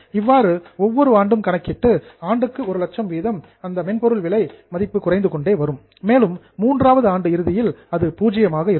இவ்வாறு ஒவ்வொரு ஆண்டும் கணக்கிட்டு ஆண்டுக்கு ஒரு லட்சம் வீதம் அந்த மென்பொருள் விலை மதிப்பு குறைந்து கொண்டே வரும் மேலும் மூன்றாவது ஆண்டு இறுதியில் அது பூஜ்யமாக இருக்கும்